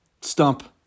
Stump